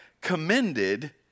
commended